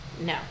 No